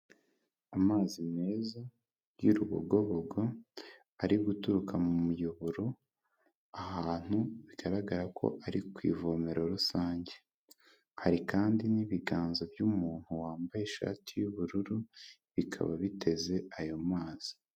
Amazi meza y'urubogobogo ari guturuka mu muyoboro, ahantu bigaragara ko ari ku ivomero rusange, hari kandi n'ibiganza by'umuntu wambaye ishati y'ubururu bikaba biteze ayo mazi.